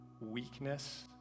weakness